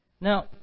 Now